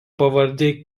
pavardė